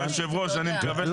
הוא מכדרר.